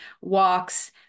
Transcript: walks